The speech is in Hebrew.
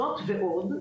זאת ועוד,